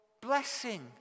blessing